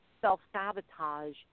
self-sabotage